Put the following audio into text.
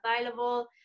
available